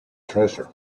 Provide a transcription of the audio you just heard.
treasure